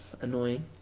annoying